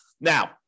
Now